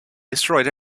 destroyed